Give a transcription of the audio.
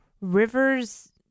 rivers